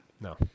no